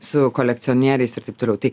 su kolekcionieriais ir taip toliau tai